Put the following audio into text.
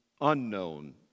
unknown